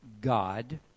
God